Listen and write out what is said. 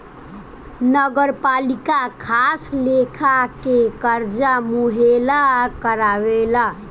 नगरपालिका खास लेखा के कर्जा मुहैया करावेला